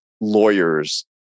lawyers